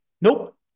nope